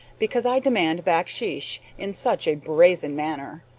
because i demand bakshish in such a brazen manner.